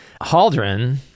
Haldren